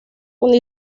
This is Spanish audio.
una